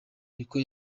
niko